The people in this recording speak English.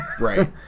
Right